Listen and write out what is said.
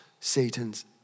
Satan's